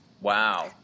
Wow